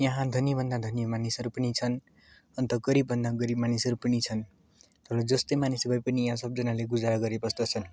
यहाँ धनीभन्दा धनी मानिसहरू पनि छन् अन्त गरिबभन्दा गरिब मानिसहरू पनि छन् तर जस्तै मानिस भए पनि यहाँ सबजनाले गुजारा गरिबस्दछन्